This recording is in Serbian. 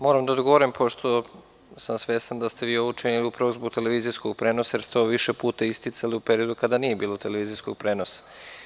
Moram da odgovorim, pošto sam svestan da ste vi ovo učinili upravo zbog televizijskog prenosa, jer ste ovo više puta isticali u periodu kada nije bilo televizijskog prenosa.